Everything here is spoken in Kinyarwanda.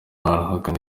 arahakana